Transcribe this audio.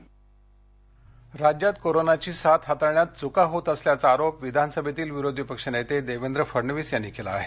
फडणवीस राज्यात कोरोनाची साथ हाताळण्यात चुका होत असल्याचा आरोप विधानसभेतील विरोधी पक्षनेते देवेंद्र फडणवीस यांनी केला आहे